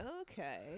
Okay